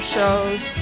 Shows